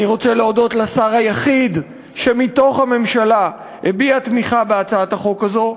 אני רוצה להודות לשר היחיד שמתוך הממשלה הביע תמיכה בהצעת החוק הזו,